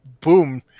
boom